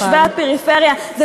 תושבי הפריפריה,